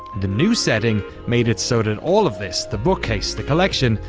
the new setting made it so that all of this, the bookcase, the collection,